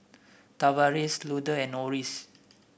Tavaris Luther and Orris